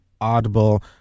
audible